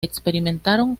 experimentaron